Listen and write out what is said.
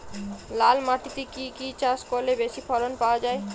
লাল মাটিতে কি কি চাষ করলে বেশি ফলন পাওয়া যায়?